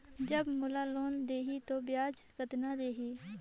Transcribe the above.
जब मोला लोन देही तो ब्याज कतना लेही?